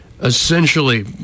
essentially